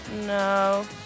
No